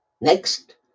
Next